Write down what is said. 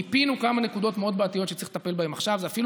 ומיפינו כמה נקודות מאוד בעייתיות שצריך לטפל בהן עכשיו, אפילו